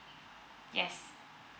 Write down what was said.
yes